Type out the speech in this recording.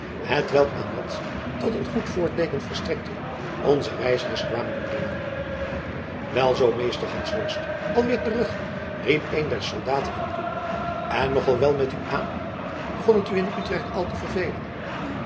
hetwelk aan madzy tot een goed voorteeken verstrekte onze reizigers kwamen omringen welzoo meester hansworst alweer terug riep een der soldaten hem toe en nogal wel met uw aap begon het u in utrecht al te vervelen